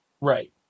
Right